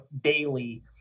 daily